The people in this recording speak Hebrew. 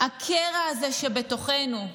הקרע הזה שבתוכנו,